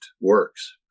works